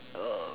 uh